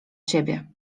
ciebie